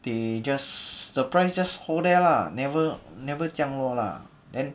they just the price just hold there lah never never 降落啦